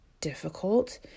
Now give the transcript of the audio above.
difficult